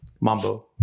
mambo